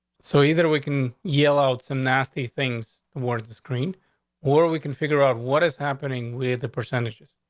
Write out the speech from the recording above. so either weaken, yell out some nasty things towards the screen or we can figure out what is happening with the percentages.